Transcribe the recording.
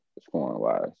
scoring-wise